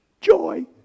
Joy